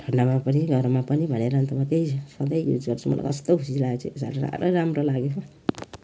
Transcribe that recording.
ठन्डामा पनि गरममा पनि भनेर अन्त म त्यही सधैँ युज गर्छु मलाई कस्तो खुसी लागेको छ साह्रै राम्रो लाग्यो